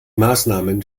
maßnahmen